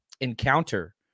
encounter